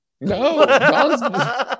No